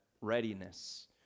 readiness